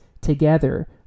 together